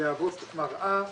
להוות מראה,